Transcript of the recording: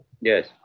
Yes